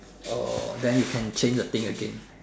oh then you can change the thing again